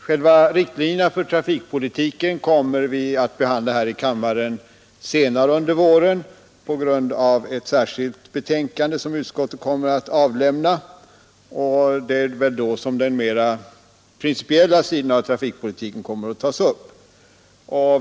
Själva riktlinjerna för trafikpolitiken får vi behandla här i kammaren senare under våren på grundval av ett särskilt betänkande som utskottet skall avlämna, och det är väl då som den mera principiella sidan av trafikpolitiken kommer att tas upp.